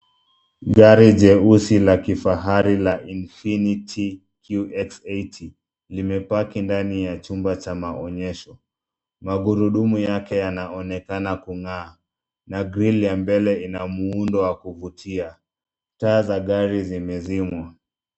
Gari jeusi la kifahari la infinity QX80 Limepaki ndani ya chumba cha maonyesho. Magurudumu yake yanaonekana kung'aa. Na grille ya mbele ina muundo wa kuvutia. Taa za gari zimezimwa.